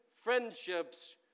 friendships